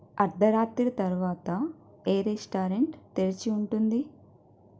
అర్ధరాత్రి తర్వాత ఏ రెస్టారెంట్ తెరిచి ఉంటుంది